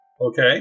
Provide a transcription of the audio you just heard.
Okay